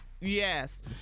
Yes